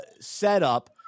setup